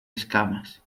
escamas